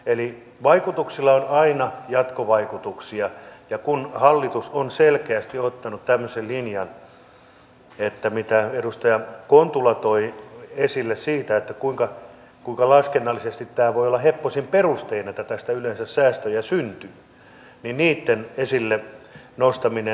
eli vaikutuksilla on aina jatkovaikutuksia ja kun hallitus on selkeästi ottanut tämmöisen linjan mitä edustaja kontula toi esille siitä kuinka laskennallisesti tämä voi olla heppoisin perustein että tästä yleensä säästöjä syntyy niin niitten esille nostaminen